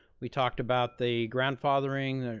we talked about the grandfathering,